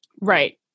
Right